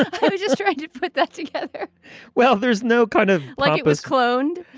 ah just to like yeah put that together well, there's no kind of like it was cloned.